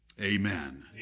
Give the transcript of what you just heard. Amen